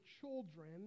children